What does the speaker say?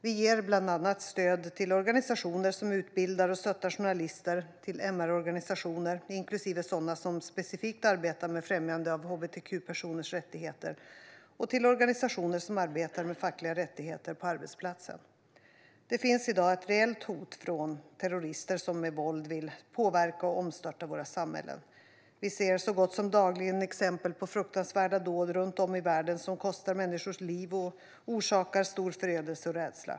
Vi ger bland annat stöd till organisationer som utbildar och stöttar journalister, till MR-organisationer, inklusive sådana som specifikt arbetar med främjande av hbtqpersoners rättigheter, och till organisationer som arbetar med fackliga rättigheter på arbetsplatsen. Det finns i dag ett reellt hot från terrorister som med våld vill påverka och omstörta våra samhällen. Vi ser så gott som dagligen exempel på fruktansvärda dåd runt om i världen som kostar människors liv och orsakar stor förödelse och rädsla.